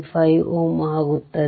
5 Ω ಆಗುತ್ತದೆ